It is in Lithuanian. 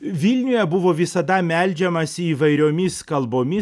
vilniuje buvo visada meldžiamasi įvairiomis kalbomis